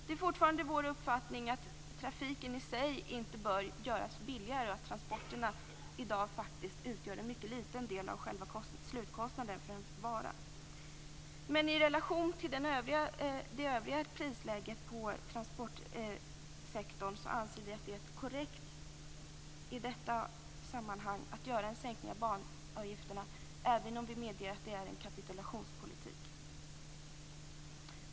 Det är fortfarande vår uppfattning att trafiken i sig inte bör göras billigare och att transporterna i dag faktiskt utgör en mycket liten del av slutkostnaden för en vara. Men i relation till det övriga prisläget i transportsektorn anser vi att det i detta sammanhang är korrekt att sänka banavgifterna, även om vi medger att det är en kapitulationspolitik.